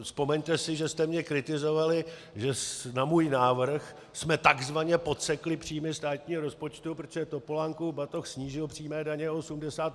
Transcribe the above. Vzpomeňte si, že jste mě kritizovali, že na můj návrh jsme takzvaně podsekli příjmy státního rozpočtu, protože Topolánkův batoh snížil přímé daně o 80 miliard.